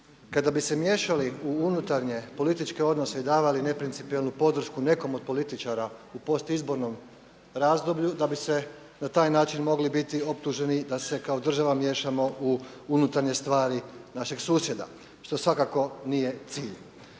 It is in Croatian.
kada bi se miješali u unutarnje političke odnose i davali neprincipijelnu podršku nekom od političara u post izbornom razdoblju da bi se na taj način mogli biti optuženi da se kao država miješamo u unutarnje stvari našeg susjeda što svakako nije cilj.